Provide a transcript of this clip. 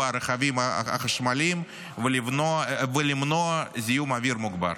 הרכבים החשמליים ולמנוע זיהום אוויר מוגבר,